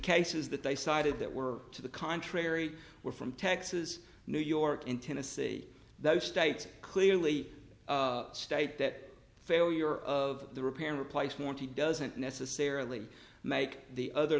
cases that they cited that were to the contrary were from texas new york in tennessee those states clearly state that failure of the repair replace monty doesn't necessarily make the other